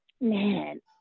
man